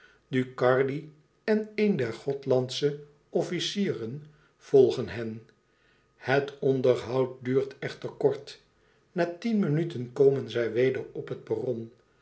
ducardi en een der gothlandsche officieren volgen hen het onderhoud duurt echter kort na tien minuten komen zij weder op het perron